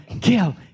Kill